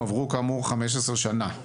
עברו כאמור 15 שנה,